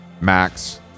max